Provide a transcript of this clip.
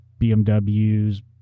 BMWs